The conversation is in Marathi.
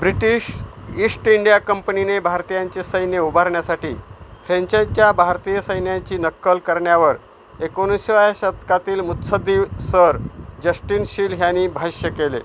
ब्रिटीश ईश्ट इंडिया कंपणीने भारतीयांचे सैन्य उभारण्यासाठी फ्रेंचांच्या भारतीय सैन्याची नक्कल करण्यावर एकोणिसाव्या शतकातील मुत्सद्दीव सर जश्टिन शील ह्यांनी भाष्य केले